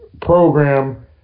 program